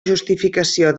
justificació